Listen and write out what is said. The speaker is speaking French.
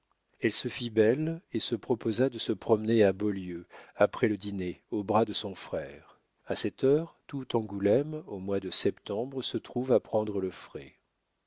elle se fit belle et se proposa de se promener à beaulieu après le dîner au bras de son frère a cette heure tout angoulême au mois de septembre se trouve à prendre le frais